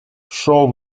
shall